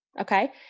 okay